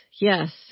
Yes